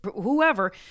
whoever